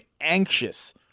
anxious